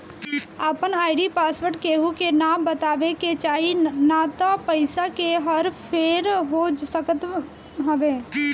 आपन ID password केहू के ना बतावे के चाही नाही त पईसा के हर फेर हो सकत हवे